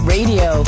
Radio